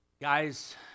Guys